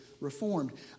reformed